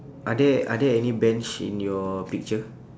are there are there any bench in your picture